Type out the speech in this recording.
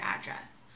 address